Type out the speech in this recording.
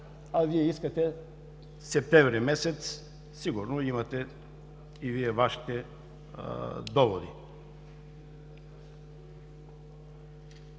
а Вие искате септември месец. Сигурно имате и Вашите доводи.